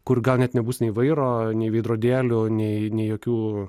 kur gal net nebus nei vairo nei veidrodėlių nei nei jokių